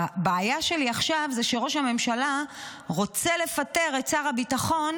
הבעיה שלי עכשיו זה שראש הממשלה רוצה לפטר את שר הביטחון